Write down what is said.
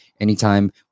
Anytime